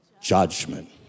judgment